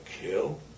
kill